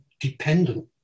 dependent